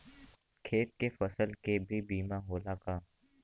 खेत के फसल के भी बीमा होला का?